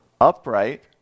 upright